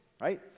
right